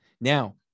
Now